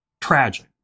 tragic